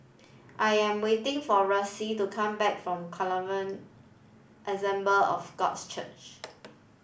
I am waiting for Ressie to come back from Assemble of Gods Church